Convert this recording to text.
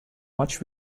much